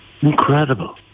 Incredible